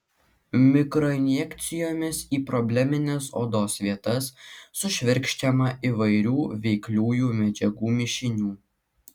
mikroinjekcijomis į problemines odos vietas sušvirkščiama įvairių veikliųjų medžiagų mišinių